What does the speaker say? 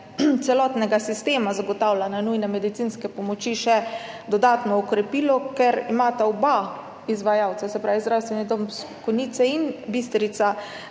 celotnega sistema zagotavljanja nujne medicinske pomoči še dodatno okrepilo, ker imata oba izvajalca, se pravi zdravstvena domova Slovenske